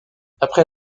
après